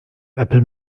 apple